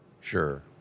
Sure